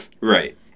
Right